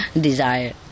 desire